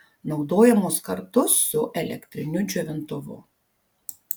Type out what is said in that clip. naudojamos kartu su elektriniu džiovintuvu